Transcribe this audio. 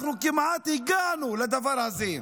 אנחנו כמעט הגענו לדבר הזה.